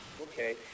Okay